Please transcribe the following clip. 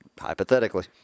Hypothetically